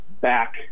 back